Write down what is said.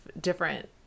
different